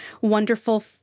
wonderful